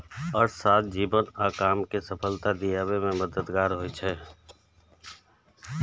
अर्थशास्त्र जीवन आ काम कें सफलता दियाबे मे मददगार होइ छै